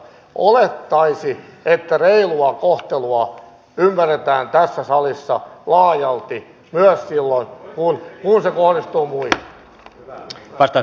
meillä tällä hetkellä ongelma on se että meillä on monilla aloilla hyvin vähän näitä harjoittelupaikkoja